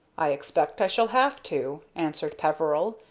i expect i shall have to, answered peveril,